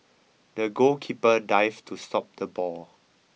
the goalkeeper dived to stop the ball